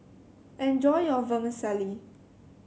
enjoy your Vermicelli